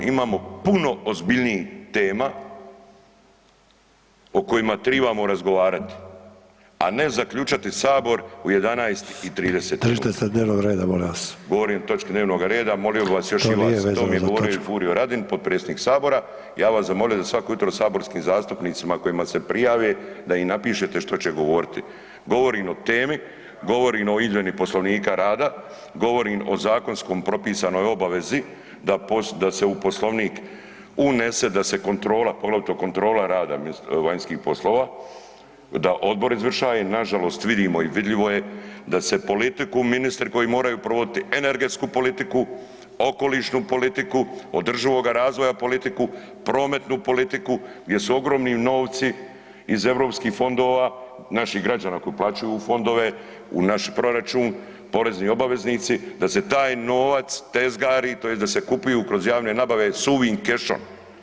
Imamo puno ozbiljnijih tema o kojima tribamo razgovarati, a ne zaključati sabor u 11 i 30 [[Upadica: Držite se dnevnog reda, molim vas.]] govorim o točki dnevnog reda molimo bih vas još imam [[Upadica: To nije vezano za točku.]] to mi je govorio i Furio Radin, potpredsjednik sabora, ja bi vas zamolio da svako jutro saborskim zastupnicima kojima se prijave da im napišete što će govoriti, govorim o temi, govorim o izmjeni poslovnika rada, govorim o zakonskom propisanoj obavezi da se u poslovnik unese, da se kontrola, poglavito kontrola rada vanjskih poslova, da odbor izvršaje, nažalost vidimo i vidljivo je da se politiku ministri koji moraju provoditi energetsku politiku, okolišnu politiku, održivoga razvoja politiku, prometnu politiku gdje su ogromni novci iz Europskih fondova naših građana koji plaća u fondove, u naš proračun, porezni obaveznici, da se taj novac tezgari tj. da se kupuju kroz javne nabave suvim kešom.